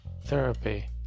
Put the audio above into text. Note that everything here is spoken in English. therapy